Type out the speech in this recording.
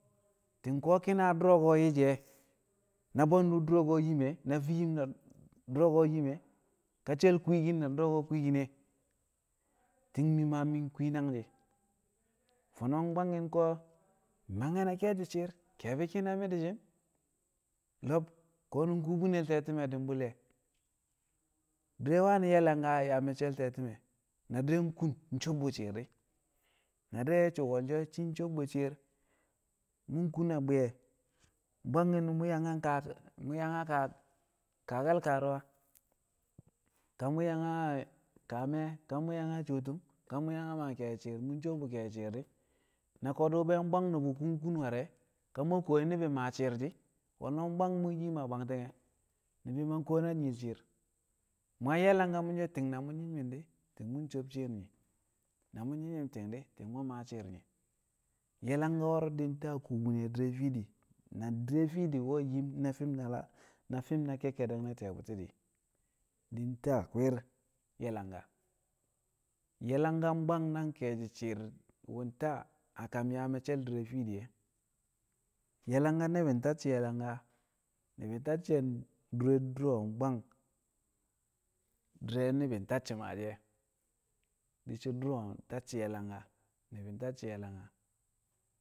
Ti̱ng ko̱ ki̱na dṵro̱ ko̱ yi̱shi̱ e̱, na bwe̱ndṵ dṵro̱ ko̱ yim e, na fii yim da dṵro̱ ko̱ yim e̱, na shel kwiikin da du̱ro̱ ko̱ kwiikin e, ti̱ng mi̱ ma mi̱ nkwii nangshi̱. Fo̱no̱ mbwanki̱n ko̱ mi̱ mangke̱ na ke̱e̱shi̱ shi̱i̱r, nkẹe̱bi̱ ki̱na mi̱ di̱shn, lo̱b mi̱ ko̱nụng kubinel te̱ti̱me̱ di̱ mbṵl yẹ. Di̱re̱ wani̱ ye̱ langa a yaa mecce̱l te̱ti̱me̱, na di̱re̱ nkun nsob bu shi̱i̱r di̱, na di̱re̱ nye̱ so̱ wo̱lsho̱ shi̱ nsobbu shi̱i̱r, mu̱ nkun a bwi̱ye̱ mbwangki̱n mu̱ yang a nkaa, mu̱ yang nkaa, kaake̱l kaaruwa, ka mṵ yang a nkaa me̱e̱, ka mṵ yang a cuwo tu̱m, ka yang a maa ke̱e̱shi̱ shi̱i̱r mṵ ncuwo bṵ ke̱e̱shi̱ shi̱i̱r di, na ko̱dṵ be nbwang nṵbṵ kṵ nkun war e ka mṵ we̱ kuwo shi̱ ni̱bi̱ maa shi̱i̱r di̱, wo̱lmo̱ mbwang mṵ yim a bwangti̱nge̱, ni̱bi̱ ma nkuwon a nyii shi̱i̱r, mu yang ye̱ langa mṵ so̱ ti̱ng na mṵ nyi̱m nyi̱m di̱, ti̱ng mṵ nsob shi̱i̱r nyi̱, na mṵ nyi̱m nyi̱m ti̱ng di̱ ti̱ng mṵ mmaa shi̱i̱r nyi̱. Ye̱ langka wo̱ro̱ di̱ nta kukune̱ di̱re̱ fiidi, na di̱re̱ fiidi nwẹ nwe yim na fi̱m na la, na fi̱m na ke̱kke̱de̱k le̱ ti̱yẹ bu̱ti̱ di̱, di̱ nta a kwi̱i̱r ye̱ langka, yẹ langka mbwang nang ke̱e̱shi̱ shi̱i̱r wu̱ nta a kam yaa me̱cce̱l di̱re̱ fiidi e. Ye̱ langka ni̱bi̱ ntacci̱ ye̱ langka ni̱bi̱ ntacci̱ a ndure dṵro̱ mbwang di̱rẹ ni̱bi̱ ntacci̱ maashi̱ e̱, di̱shi̱ dṵro̱ ntacci̱ ye̱ langka, ni̱bi̱ ntacci̱ ye̱ langka.